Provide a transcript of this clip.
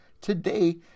today